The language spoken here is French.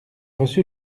reçu